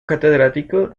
catedrático